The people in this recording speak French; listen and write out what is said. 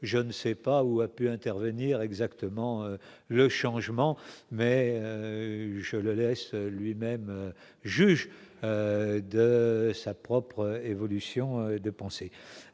je ne sais pas où a pu intervenir exactement le changement, mais je le laisse lui-même juge de sa propre évolution de penser